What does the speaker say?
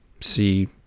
see